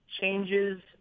changes